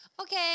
okay